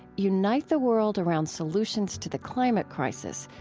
unite the world around solutions to the climate crisis,